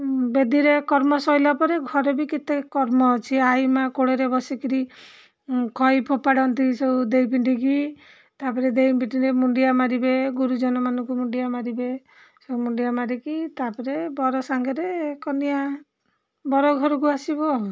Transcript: ବେଦିରେ କର୍ମ ସରିଲା ପରେ ଘରେ ବି କେତେ କର୍ମ ଅଛି ଆଈ ମା' କୋଳରେ ବସି କିରି ଖଇ ଫୋପାଡ଼ନ୍ତି ସବୁ ଦେଇ ପିଣ୍ଟିକି ତା'ପରେ ଦେଇପିରେ ମୁଣ୍ଡିଆ ମାରିବେ ଗୁରୁଜନ ମାନଙ୍କୁ ମୁଣ୍ଡିଆ ମାରିବେ ସବୁ ମୁଣ୍ଡିଆ ମାରିକି ତା'ପରେ ବର ସାଙ୍ଗରେ କନିଆ ବର ଘରକୁ ଆସିବ ଆଉ